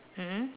mmhmm